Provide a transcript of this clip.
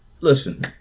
Listen